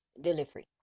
delivery